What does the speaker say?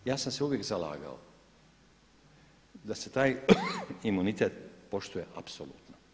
Ja sam se uvijek zalagao da se taj imunitet poštuje apsolutno.